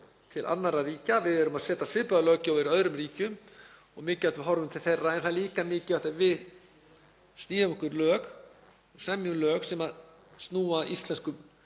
til annarra ríkja. Við erum að setja svipaða löggjöf og er í öðrum ríkjum og mikilvægt að við horfum til þeirra. En það er líka mikilvægt að við sníðum okkur lög og semjum lög sem snúa að íslenskum